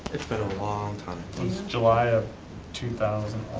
it's been a long time. it was july of two thousand